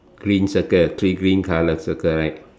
green circle three green color circle right